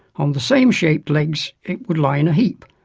on the same-shaped legs it would lie in a heap,